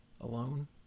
alone